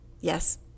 Yes